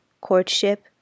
courtship